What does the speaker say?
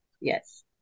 Yes